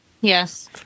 Yes